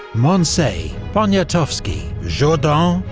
moncey. poniatowksi. jourdan.